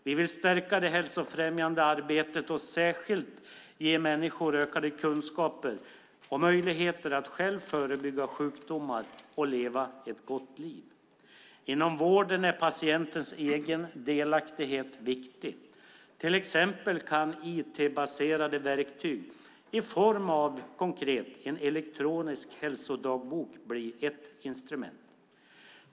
Vi vill stärka det hälsofrämjande arbetet och särskilt ge människor ökad kunskap och möjligheter att själva förebygga sjukdomar och leva ett gott liv. Inom vården är patientens egen delaktighet viktig. IT-baserade verktyg i form av en elektronisk hälsodagbok kan till exempel bli ett instrument.